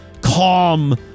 Calm